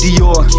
Dior